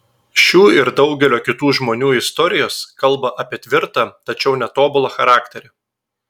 šių ir daugelio kitų žmonių istorijos kalba apie tvirtą tačiau netobulą charakterį